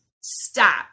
stop